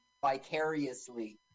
vicariously